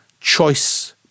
choice